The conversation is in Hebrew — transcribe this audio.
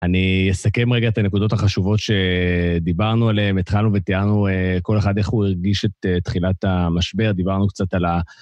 אני אסכם רגע את הנקודות החשובות שדיברנו עליהן, התחלנו ותיארנו כל אחד איך הוא הרגיש את תחילת המשבר, דיברנו קצת על ה...